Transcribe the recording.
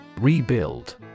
Rebuild